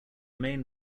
main